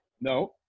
no